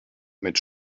mit